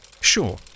Sure